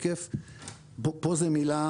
פה זה מילה,